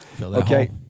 Okay